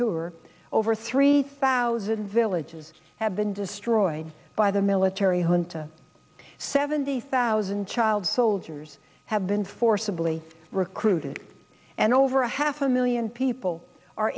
are over three thousand villages have been destroyed by the military junta seventy thousand child soldiers have been forcibly recruited and over a half a million people are